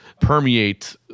permeate